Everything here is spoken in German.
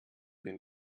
den